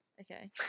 Okay